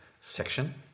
section